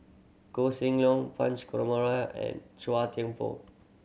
Koh Seng Leong Punch and Chua Thian Poh